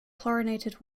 chlorinated